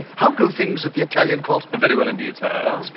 how go things at the italian court? ah very well indeed, sire. but